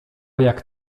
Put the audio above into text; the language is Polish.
jak